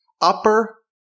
upper